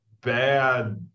bad